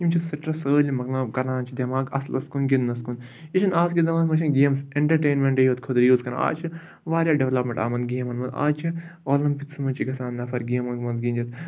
یِم چھِ سٕٹرٛٮ۪س سٲلِم مۄکلاوان کَران چھِ دٮ۪ماغ اَصلَس کُن گِنٛدنَس کُن یہِ چھِنہ آزکِس زمانَس منٛز چھِنہٕ گیمٕز اٮ۪نٹَرٹینمٮ۪نٛٹٕے یوت خٲطرٕ یوٗز کَران آز چھِ واریاہ ڈٮ۪ولَپمٮ۪نٛٹ یِمَن گیمَن منٛز آز چھِ آلَمپِکسَن منٛز چھِ گژھان نفر گیمَن منٛز گِنٛدِتھ